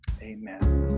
Amen